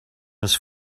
his